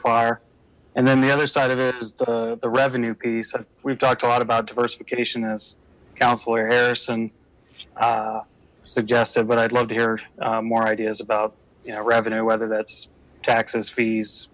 far and then the other side of it is the the revenue piece we've talked a lot about diversification as councillor harrison suggested but i'd love to hear more ideas about you know revenue whether that's taxes fees